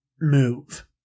move